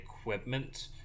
equipment